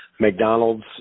McDonalds